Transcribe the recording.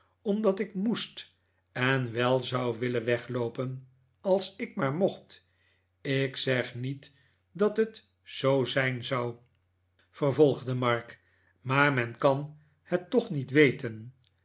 omdat ik moest en wel zou willen wegloopen als ik maar mocht ik zeg niet dat het zoo zijn zou vervolgde mark maar men kan het toch niet weten